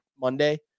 Monday